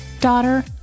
Daughter